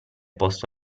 posto